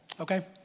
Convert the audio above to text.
Okay